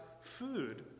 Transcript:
food